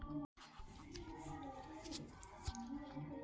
कृषि अर्थशास्त्र सं अहां सीमित साधनक चुनाव आ ओकर व्यावहारिक उपयोग सीख सकै छी